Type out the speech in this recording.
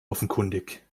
offenkundig